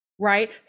right